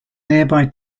nearby